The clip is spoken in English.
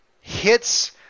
hits